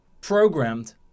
programmed